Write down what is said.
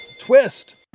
Twist